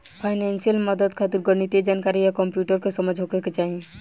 financial मदद खातिर गणितीय जानकारी आ कंप्यूटर के समझ होखे के चाही